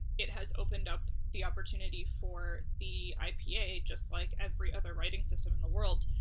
it has opened up the opportunity for the ipa, just like every other writing system in the world,